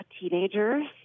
teenagers